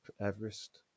Everest